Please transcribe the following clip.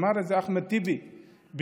אמר את זה אחמד טיבי בלשונו: